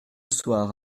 soir